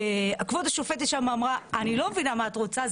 כבוד השופטת אמרה אני לא מבינה מה את רוצה,